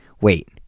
wait